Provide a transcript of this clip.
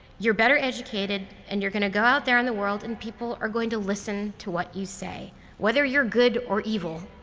you're better educated, and you're going to go out there in the world and people are going to listen to what you say whether you're good or evil.